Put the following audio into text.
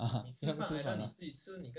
ah ha since when ah